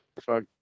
fuck